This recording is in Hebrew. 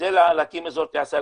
כדי להקים אזור תעשייה,